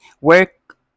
work